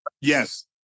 Yes